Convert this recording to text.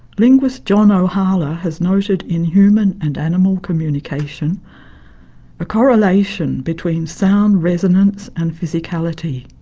linguist john ohala has noted in human and animal communication a correlation between sound resonance and physicality.